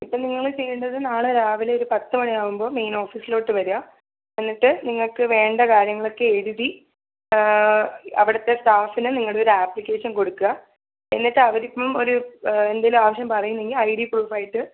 ഇപ്പം നിങ്ങൾ ചെയ്യേണ്ടത് നാളെ രാവിലെ ഒരു പത്ത് മണിയാവുമ്പോൾ മെയിൻ ഓഫീസിലോട്ട് വരുക എന്നിട്ട് നിങ്ങൾക്ക് വേണ്ട കാര്യങ്ങളൊക്കെ എഴുതി അവിടത്തെ സ്റ്റാഫിന് നിങ്ങളൊരാപ്ലിക്കേഷൻ കൊടുക്കുക എന്നിട്ടവരിപ്പം ഒരു എന്തേലും ആവശ്യം പറയുന്നെങ്കിൽ ഐ ഡി പ്രൂഫായിട്ട്